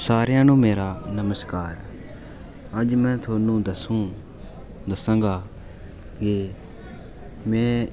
सारेआं नूं मेरा नमस्कार अज्ज में थानूं दस्सोंग दस्सां गा के में